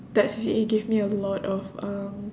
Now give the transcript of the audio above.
that C_C_A gave me a lot of um